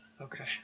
Okay